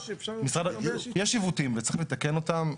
יש עיוותים וצריך לתקן אותם,